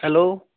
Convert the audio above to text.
hello